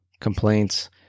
complaints